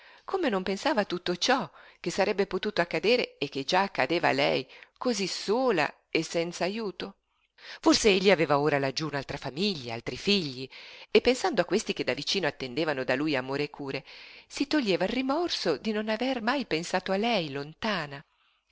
come non pensava a tutto ciò che sarebbe potuto accadere e che già accadeva a lei cosí sola e senza ajuto forse egli aveva ora laggiú un'altra famiglia altri figli e pensando a questi che da vicino attendevano da lui amore e cure si toglieva il rimorso di non aver mai pensato a lei lontana